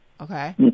Okay